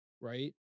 right